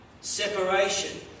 Separation